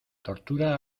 tortura